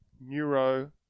neuro